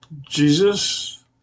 Jesus